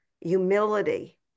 humility